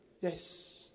Yes